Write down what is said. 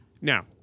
Now